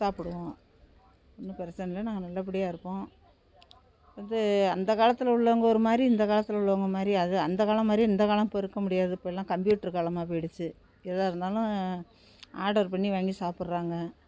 சாப்பிடுவோம் ஒன்னும் பிரச்சன இல்லை நாங்கள் நல்லபடியாக இருக்கோம் வந்து அந்தக் காலத்தில் உள்ளவங்க ஒரு மாதிரி இந்தக் காலத்தில் உள்ளவங்க ஒரு மாதிரி அது அந்தக் காலம் மாதிரி இந்தக் காலம் இப்போ இருக்க முடியாது இப்போ எல்லாம் கம்ப்யூட்டர் காலமாக போய்டிச்சி எதாக இருந்தாலும் ஆடர் பண்ணி வாங்கி சாப்பிட்றாங்க